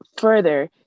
further